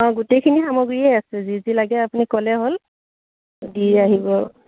অঁ গোটেইখিনি সামগ্ৰীয়েই আছে যি যি লাগে আপুনি ক'লে হ'ল দি আহিব